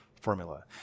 formula